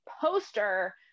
poster